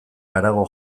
harago